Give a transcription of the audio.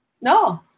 no